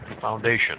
Foundation